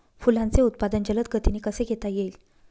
फुलांचे उत्पादन जलद गतीने कसे घेता येईल?